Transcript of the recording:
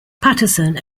paterson